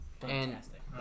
Fantastic